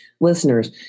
listeners